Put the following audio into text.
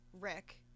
Rick